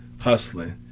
hustling